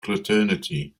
fraternity